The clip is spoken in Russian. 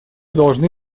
должны